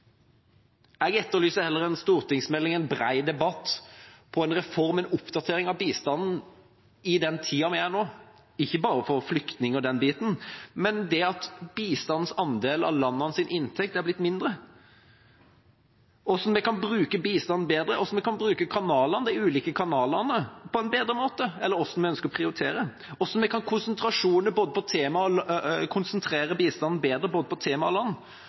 Jeg etterlyser heller en stortingsmelding, en bred debatt om en reform, en oppdatering, av bistanden i den tida vi er i nå – ikke bare for flyktninger og den biten, men også det at bistandens andel av landenes inntekt er blitt mindre. Hvordan vi kan bruke bistand bedre, hvordan vi kan bruke de ulike kanalene på en bedre måte, eller hvordan vi ønsker å prioritere, hvordan vi kan konsentrere bistanden bedre om både tema og